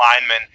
Linemen